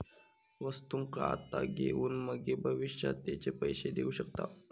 वस्तुंका आता घेऊन मगे भविष्यात तेचे पैशे देऊ शकताव